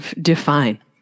define